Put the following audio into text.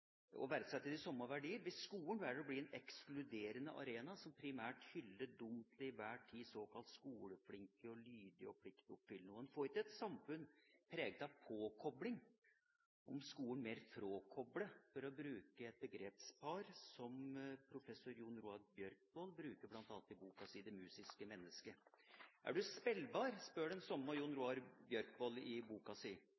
de samme verdier, men velger å bli en ekskluderende arena som primært hyller de til enhver tid såkalt skoleflinke, lydige og pliktoppfyllende. En får ikke et samfunn preget av «påkobling» om skolen mer «frakobler», for å bruke et begrepspar som professor Jon-Roar Bjørkvold bruker i bl.a. boka si Det Musiske Menneske. «Er du spillbar?» spør den